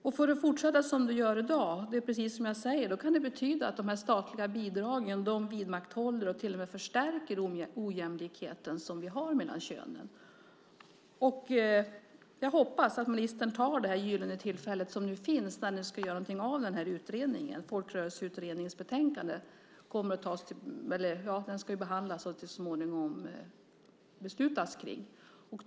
Om det får fortsätta som det gör i dag kan det betyda, precis som jag säger, att de statliga bidragen vidmakthåller och till och med förstärker den ojämlikhet som finns mellan könen. Jag hoppas att ministern tar det gyllene tillfälle som nu finns när ni ska göra någonting av den här utredningen, Folkrörelseutredningens betänkande. Ni ska ju behandla det och så småningom besluta kring det.